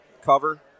cover